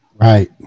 Right